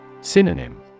Synonym